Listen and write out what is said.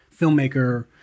filmmaker